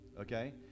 Okay